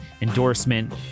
endorsement